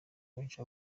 benshi